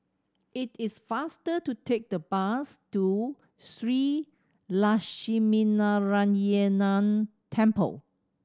it is faster to take the bus to Shree Lakshminarayanan Temple